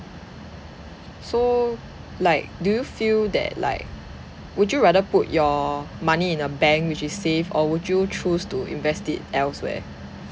so like do you feel that like would you rather put your money in a bank which is safe or would you choose to invest it elsewhere